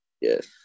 yes